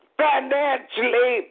financially